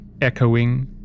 echoing